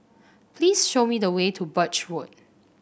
please show me the way to Birch Road